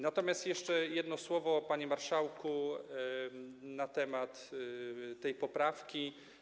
Natomiast jeszcze jedno słowo, panie marszałku, na temat tej poprawki.